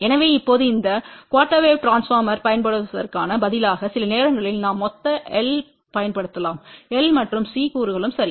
எனவே இப்போது இந்த குஆர்டெர் வேவ் டிரான்ஸ்பார்மர்யைப் பயன்படுத்துவதற்குப் பதிலாக சில நேரங்களில் நாம் மொத்த எல் பயன்படுத்தலாம் L மற்றும் C கூறுகளும் சரி